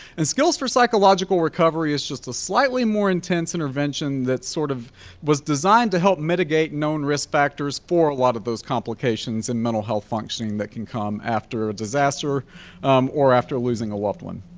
and skills for psychological recovery is just a slightly more intense intervention that sort of was designed to help mitigate known risk factors for a lot of those complications and mental health functioning that can come after disaster or after losing a loved one.